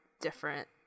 different